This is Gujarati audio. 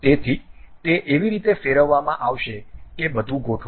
તેથી તે એવી રીતે ફેરવવામાં આવશે કે બધું ગોઠવાય